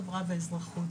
חברה ואזרחות,